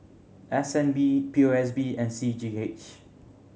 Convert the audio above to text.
S N B P O S B and C G H